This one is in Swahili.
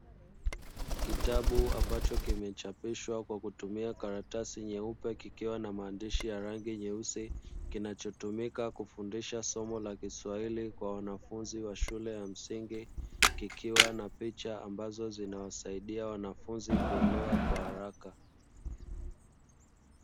Kitabu ambacho kimechapishwa kwa kutumia karatasi nyeupe kikiwa na maandishi ya rangi nyeusi kinachotumika kufundisha somo la kiswahili kwa wanafunzi wa shule ya msingi kikiwa na picha ambazo zinawasaidia wanafunzi kuelewa kwa haraka.